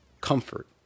comfort